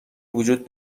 وجود